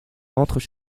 rentrent